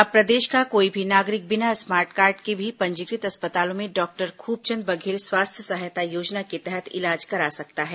अब प्रदेश का कोई भी नागरिक बिना स्मार्ट कार्ड के भी पंजीकृत अस्पतालों में डॉक्टर खूबचंद बघेल स्वास्थ्य सहायता योजना के तहत इलाज करा सकता है